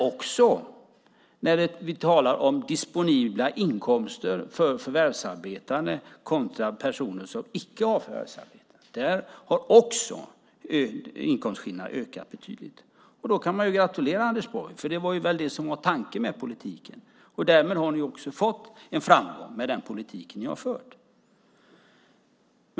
Också när det gäller disponibla inkomster för förvärvsarbetande kontra personer som icke har förvärvsarbete har inkomstskillnaderna ökat betydligt. Då kan man ju gratulera Anders Borg, för det var väl det som var tanken med politiken. Därmed har ni också fått en framgång med den politik ni har fört.